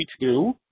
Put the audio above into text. two